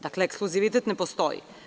Dakle ekskluzivitet ne postoji.